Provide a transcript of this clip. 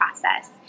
process